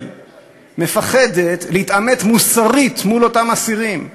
מפחדת להתעמת מוסרית מול אותם אסירים,